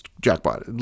jackpot